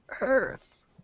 earth